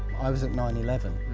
i was at nine eleven,